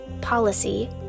policy